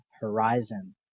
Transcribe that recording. horizon